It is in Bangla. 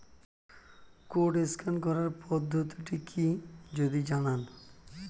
কোড স্ক্যান করার পদ্ধতিটি কি যদি জানান?